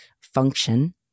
function